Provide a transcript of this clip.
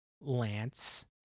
Lance